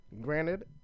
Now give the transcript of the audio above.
granted